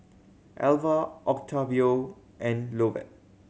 Elva Octavio and Lovett